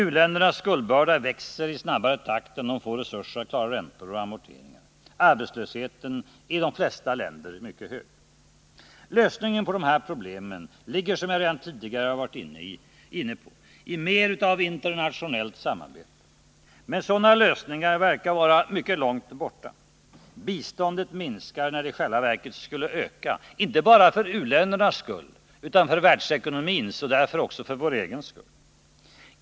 U-ländernas skuldbörda växer i snabbare takt än deras möjligheter att få resurser för att klara räntor och amorteringar. Arbetslösheten är i de flesta länder mycket hög. Lösningen på dessa problem ligger, som jag redan tidigare varit inne på, i mer av internationellt samarbete. Men sådana lösningar verkar vara mycket långt borta. Biståndet minskar när det i själva verket skulle behöva öka, inte bara för u-ländernas skull utan för världsekonomins och därför också för vår egen skull.